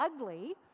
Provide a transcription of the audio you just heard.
ugly